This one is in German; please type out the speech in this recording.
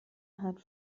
hat